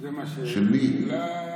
של החבר'ה,